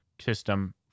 system